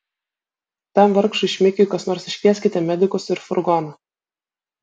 tam vargšui šmikiui kas nors iškvieskite medikus ir furgoną